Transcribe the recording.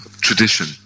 tradition